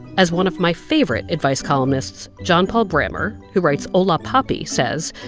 as one of my favorite advice columnists, john paul brammer who writes hola papi says,